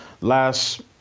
last